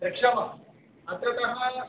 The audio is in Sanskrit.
द्रक्षामः अत्रतः